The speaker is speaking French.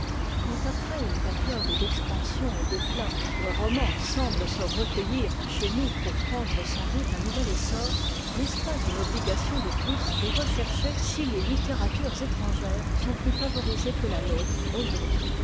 quand après une période d'expansion et d'éclat le roman semble se recueillir chez nous pour prendre sans doute un nouvel essor n'est-ce pas une obligation de plus de rechercher si les littératures étrangères sont plus favorisées que la nôtre aujourd'hui